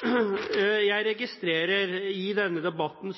Jeg registrerer i denne debatten